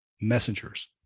messengers